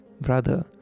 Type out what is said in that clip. brother